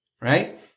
right